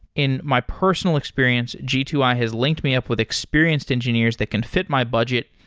in my personal experience, g two i has linked me up with experienced engineers that can fit my budget,